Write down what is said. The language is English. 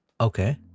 Okay